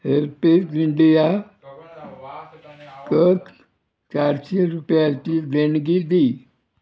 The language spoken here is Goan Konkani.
हॅल्पेज इंडिया क चारशी रुपयांची देणगी दी